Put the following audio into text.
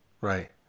right